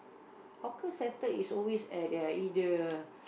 hawker centre is always at ya either